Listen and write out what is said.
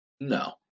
No